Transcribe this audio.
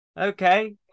Okay